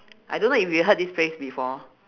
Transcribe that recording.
I don't know if you heard this phrase before